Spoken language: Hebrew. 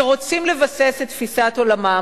שרוצים לבסס את תפיסת עולמם,